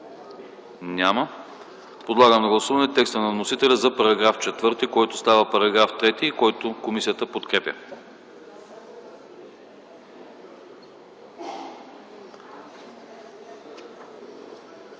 Няма. Подлагам на гласуване текста на вносителя за § 4, който става § 3 и който комисията подкрепя.